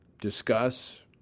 discuss